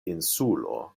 insulo